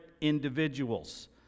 individuals